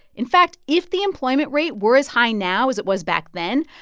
in fact, if the employment rate were as high now as it was back then,